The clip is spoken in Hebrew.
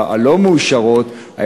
הלא-מאושרות,